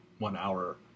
One-hour